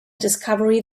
discovery